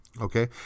Okay